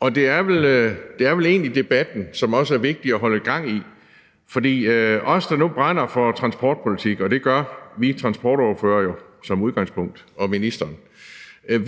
Og det er vel egentlig debatten, som det også er vigtigt at holde gang i. For vi, der brænder for transportpolitik – og det gør vi transportordførere og ministeren jo som udgangspunkt